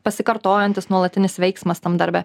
pasikartojantis nuolatinis veiksmas tam darbe